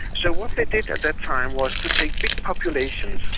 so what they did at that time was to take big populations,